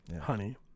Honey